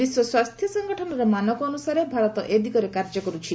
ବିଶ୍ୱ ସ୍ୱାସ୍ଥ୍ୟ ସଂଗଠନର ମାନକ ଅନୁସାରେ ଭାରତ ଏ ଦିଗରେ କାର୍ଯ୍ୟ କରୁଛି